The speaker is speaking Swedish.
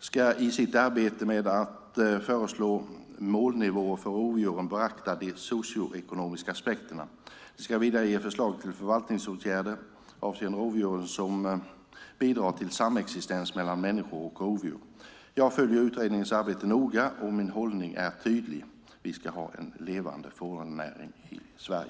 ska i sitt arbete med att föreslå målnivåer för rovdjuren beakta de socioekonomiska aspekterna. De ska vidare ge förslag till förvaltningsåtgärder avseende rovdjuren som bidrar till samexistens mellan människor och rovdjur. Jag följer utredningens arbete noggrant och min hållning är tydlig. Vi ska ha en levande fårnäring i Sverige.